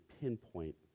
pinpoint